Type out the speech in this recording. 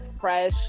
fresh